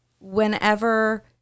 whenever